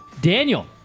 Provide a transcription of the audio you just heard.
Daniel